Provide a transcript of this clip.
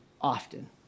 often